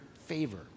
favor